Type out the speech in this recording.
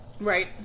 Right